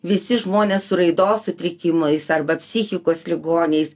visi žmonės su raidos sutrikimais arba psichikos ligoniais